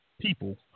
people